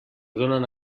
donen